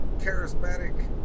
charismatic